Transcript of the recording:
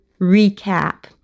recap